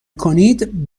کنید